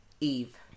Eve